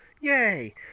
Yay